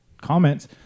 comments